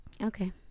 Okay